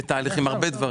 מי נגד?